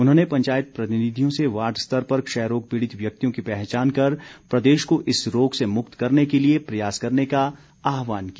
उन्होंने पंचायत प्रतिनिधियों से वार्ड स्तर पर क्षयरोग पीड़ित व्यक्तियों की पहचान कर प्रदेश को इस रोग से मुक्त करने के लिए प्रयास करने का आहवान किया